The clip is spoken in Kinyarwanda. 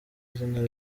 izina